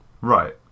right